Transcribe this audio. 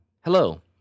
Hello